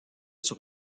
sur